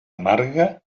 amarga